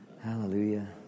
Hallelujah